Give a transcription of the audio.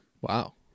Wow